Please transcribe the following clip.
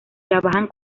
trabajan